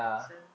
so